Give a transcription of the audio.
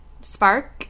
Spark